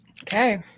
Okay